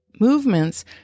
movements